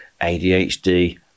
ADHD